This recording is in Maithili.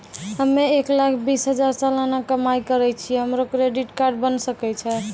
हम्मय एक लाख बीस हजार सलाना कमाई करे छियै, हमरो क्रेडिट कार्ड बने सकय छै?